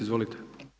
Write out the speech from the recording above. Izvolite.